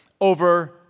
over